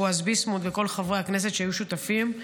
בועז ביסמוט וכל חברי הכנסת שהיו שותפים.